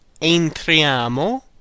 entriamo